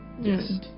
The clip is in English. Yes